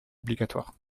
obligatoires